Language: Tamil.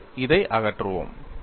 எனவே இதை அகற்றுவோம்